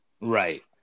Right